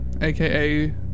aka